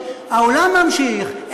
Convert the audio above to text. שהעולם ממשיך,